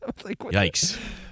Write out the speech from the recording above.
Yikes